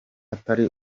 atari